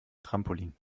trampolin